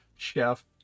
Chef